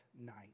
night